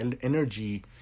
energy